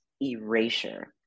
erasure